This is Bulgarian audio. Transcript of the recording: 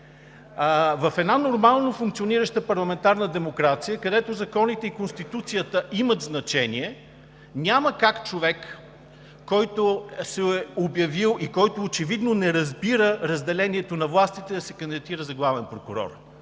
В една нормално функционираща парламентарна демокрация, където законите и Конституцията имат значение, няма как човек, който се е обявил и който очевидно не разбира разделението на властите, да се кандидатира за главен прокурор.